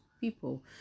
people